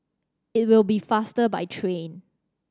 it will be faster by train